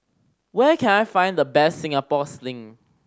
where can I find the best Singapore Sling